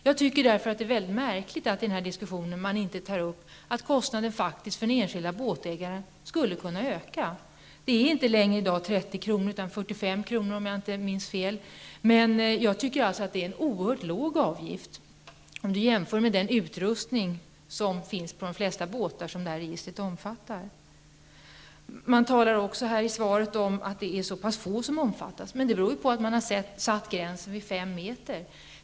Jag tycker därför att det är mycket märkligt att man i den här diskussionen inte tar upp att kostnaden för den enskilde båtägaren skulle kunna öka. Den är i dag inte längre 30 kr., utan 45 kr., om jag inte minns fel. Jag tycker att det är en oerhört låg avgift, om man jämför med den utrustning som finns på de flesta båtar som registret omfattar. Det talas i svaret också om att det är så pass få som omfattas. Men det beror på att man har satt gränsen vid fem meter.